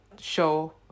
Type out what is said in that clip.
show